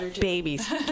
babies